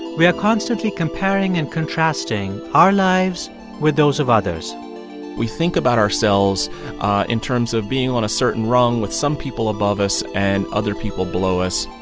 we are constantly comparing and contrasting our lives with those of others we think about ourselves in terms of being on a certain rung, with some people above us and other people below us.